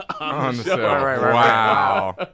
Wow